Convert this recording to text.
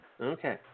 okay